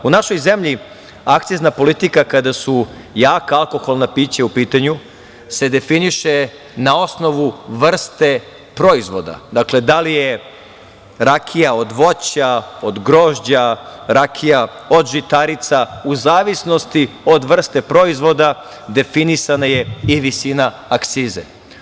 U našoj zemlji akcizna politika kada su jaka alkoholna pića u pitanju se definiše na osnovu vrste proizvoda, dakle da li je rakija od voća od grožđa, rakija od žitarica u zavisnosti od vrste proizvoda definisana je i visina akcize.